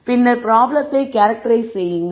பின்னர் ப்ராப்ளத்தை கேரக்ட்ரைஸ் செய்யுங்கள்